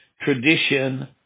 tradition